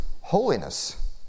holiness